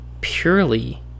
purely